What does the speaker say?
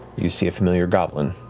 you see a familiar goblin,